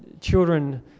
children